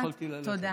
תודה.